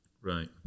Right